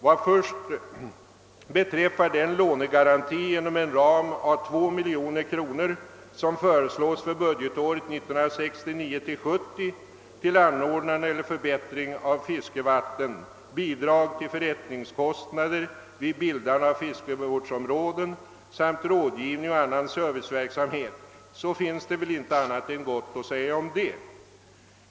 Vad först beträffar den lånegaranti inom en ram av 2 miljoner kronor, som förslås för budgetåret 1969/70 till anordnande eller förbättring av fiskevatten, bidrag till förrättningskostnader vid bildande av fiskevårdsområden samt rådgivning och annan serviceverksamhet, så finns det väl inte annat än gott att säga härom.